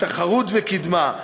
התחרות וקדמה,